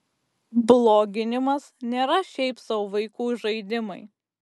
bloginimas nėra šiaip sau vaikų žaidimai